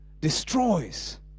destroys